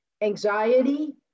anxiety